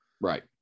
Right